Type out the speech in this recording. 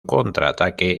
contraataque